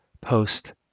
Post